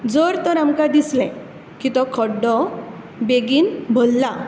जर तर आमकां दिसलें की तो खड्डो बेगीन भरला